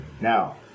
now